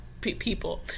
people